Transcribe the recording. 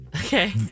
Okay